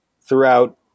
throughout